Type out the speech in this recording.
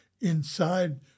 inside